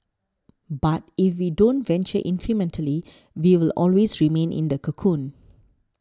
but if we don't venture incrementally we will always remain in the cocoon